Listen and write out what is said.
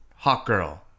Hawkgirl